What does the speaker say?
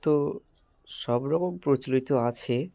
তো সব রকম প্রচলিত আছে